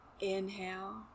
inhale